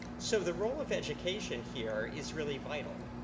so the role of education here is really vital.